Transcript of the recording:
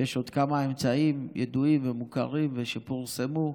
ויש עוד כמה אמצעים ידועים ומוכרים ושפורסמו,